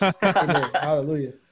Hallelujah